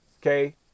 okay